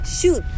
Shoot